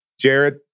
Jared